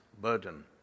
burden